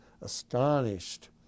astonished